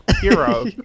hero